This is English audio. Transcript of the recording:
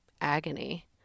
agony